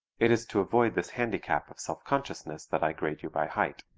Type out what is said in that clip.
it is to avoid this handicap of self-consciousness that i grade you by height.